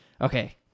Okay